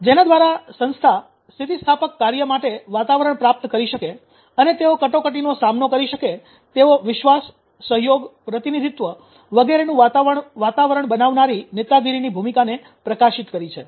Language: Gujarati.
જેના દ્વારા સંસ્થા સ્થિતિસ્થાપક કાર્ય માટે વાતાવરણ પ્રાપ્ત કરી શકે અને તેઓ કટોકટીનો સામનો કરી શકે તેવી વિશ્વાસ સહયોગ પ્રતિનિધિત્વ વગેરેનું વાતાવરણ બનાવનારી નેતાગીરીની ભૂમિકાને પ્રકાશિત કરી છે